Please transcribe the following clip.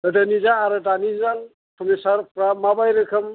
गोदोनिजों आरो दानिजों समायसाफ्रा माब्रै रोखोम